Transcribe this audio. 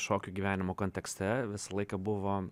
šokių gyvenimo kontekste visą laiką buvo